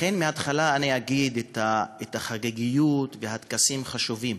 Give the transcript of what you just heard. לכן, מההתחלה אני אגיד שהחגיגיות והטקסים חשובים,